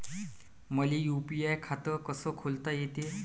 मले यू.पी.आय खातं कस खोलता येते?